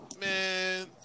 man